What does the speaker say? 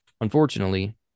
unfortunately